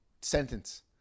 sentence